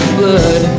blood